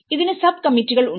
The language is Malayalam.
ഇതിന് സബ് കമ്മിറ്റികൾഉണ്ട്